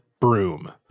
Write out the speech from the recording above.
broom